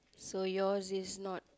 so yours is not